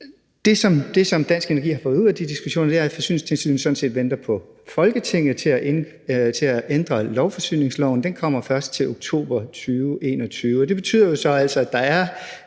Det, som Dansk Energi har fået ud af de diskussioner, er, at Forsyningstilsynet sådan set venter på Folketinget til at ændre forsyningsloven. Den kommer først til oktober 2021, og det betyder jo så altså, at der er